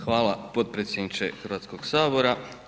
Hvala potpredsjedniče Hrvatskog sabora.